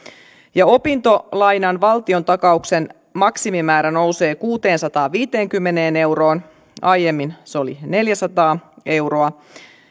ja opintolainan valtiontakauksen maksimimäärä nousee kuuteensataanviiteenkymmeneen euroon aiemmin se oli neljäsataa euroa